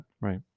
right